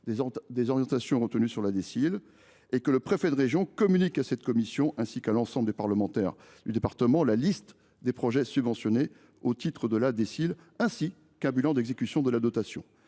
d’attribution de la DSIL, et que le préfet de région communique à cette commission, ainsi qu’à l’ensemble des parlementaires du département, la liste des projets subventionnés au titre de la DSIL ainsi qu’un bilan d’exécution de la dotation.